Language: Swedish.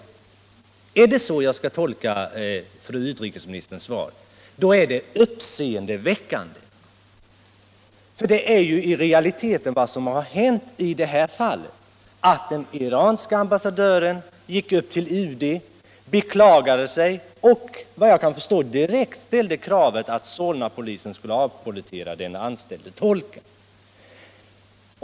Är det så jag skall tolka fru utrikesministerns svar, då är det uppseendeväckande. Dewta är ju i realiteten vad som har hänt i det här fallet. Den iranske ambassadören gick upp till UD, beklagade sig och framförde, efter vad jag kan förstå, direkt kravet att Solnapolisen skulle avpollettera den anställde tolken.